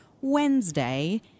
Wednesday